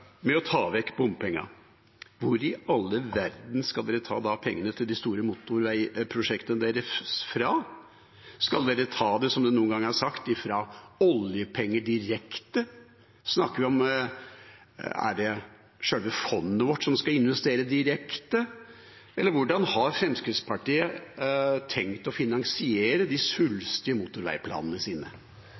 med å ta vekk bompengene, hvor i all verden skal de da ta pengene til de store motorveiprosjektene sine fra? Skal de ta det, slik det noen ganger er sagt, fra oljepenger direkte? Snakker vi om at det er sjølve fondet vårt som skal investere direkte, eller hvordan har Fremskrittspartiet tenkt å finansiere de svulstige motorveiplanene sine?